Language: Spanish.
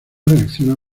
reacciona